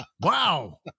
Wow